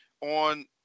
on